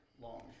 long